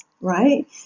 right